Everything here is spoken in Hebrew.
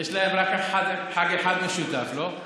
יש לכם רק חג אחד משותף, לא?